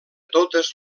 totes